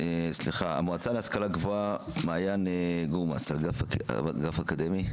המועצה להשכלה גבוהה, מעין גורמס, אגף אקדמי.